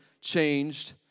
changed